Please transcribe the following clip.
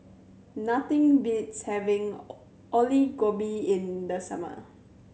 nothing beats having Alu Gobi in the summer